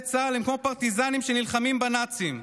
צה"ל הם כמו פרטיזנים שנלחמים בנאצים.